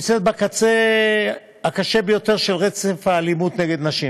והיא נמצאת בקצה הקשה ביותר של רצף האלימות נגד נשים.